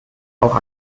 auch